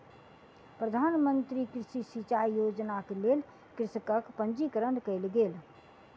प्रधान मंत्री कृषि सिचाई योजनाक लेल कृषकक पंजीकरण कयल गेल